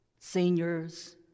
Seniors